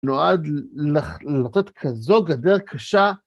נועד לחצות כזו גדר קשה.